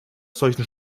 solchen